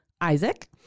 Isaac